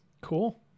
Cool